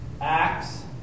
Acts